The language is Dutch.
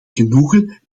genoegen